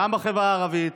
גם בחברה הערבית,